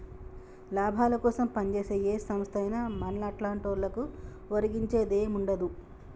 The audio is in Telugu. లాభాలకోసం పంజేసే ఏ సంస్థైనా మన్లాంటోళ్లకు ఒరిగించేదేముండదు